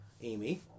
Amy